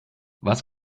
was